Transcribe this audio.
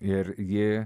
ir ji